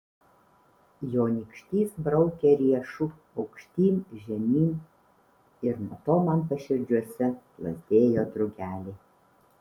jo nykštys braukė riešu aukštyn žemyn ir nuo to man paširdžiuose plazdėjo drugeliai